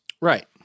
Right